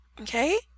okay